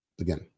Again